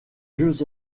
jeux